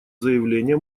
заявления